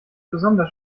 besonders